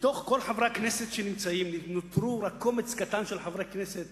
מכל חברי הכנסת נותר רק קומץ קטן של חברי כנסת